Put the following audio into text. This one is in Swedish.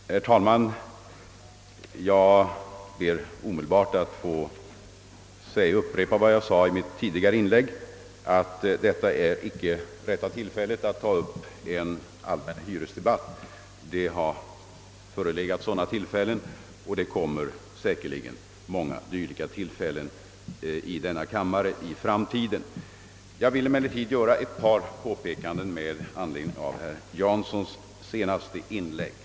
Herr talman! Jag ber att få upprepa vad jag sade i mitt tidigare inlägg, nämligen att detta inte är rätta tillfället att ta upp en allmän hyresdebatt. Sådana tillfällen har förelegat, och det kommer säkerligen flera dylika tillfällen i framtiden. Jag vill emellertid göra ett par påpekanden med anledning av herr Janssons senaste inlägg.